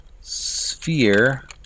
sphere